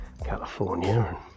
California